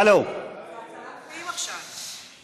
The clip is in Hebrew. הלו, חסרים, זה נושא, זה הצלת חיים עכשיו.